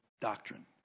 doctrine